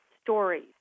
stories